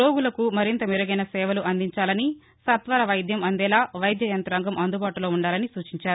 రోగులకు మరింత మెరుగైన సేవలు అందించాలని సత్వర వైద్యం అందేలా వైద్య యంతాంగం అందుబాటులో ఉండాలని సూచించారు